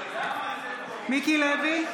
מיקי לוי,